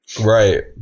Right